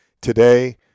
Today